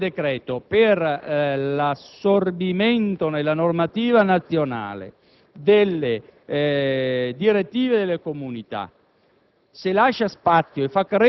la procedura del decreto per l'assorbimento nella normativa nazionale delle direttive delle Comunità;